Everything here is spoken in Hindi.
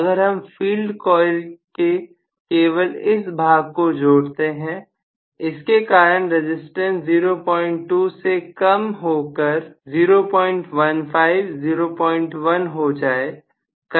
अगर हम फील्ड कॉइल के केवल इस भाग को जोड़ते हैं इसके कारण रजिस्टेंस 02 से कम होकर हो सकता है 01501 हो जाए